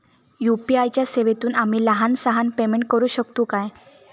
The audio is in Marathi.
यू.पी.आय च्या सेवेतून आम्ही लहान सहान पेमेंट करू शकतू काय?